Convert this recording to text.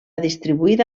distribuïda